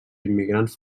immigrants